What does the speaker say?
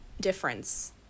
difference